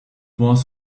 was